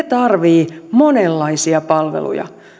tarvitsevat monenlaisia palveluja